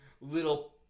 little